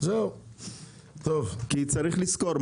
צריך לזכור,